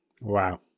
wow